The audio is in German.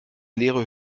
leere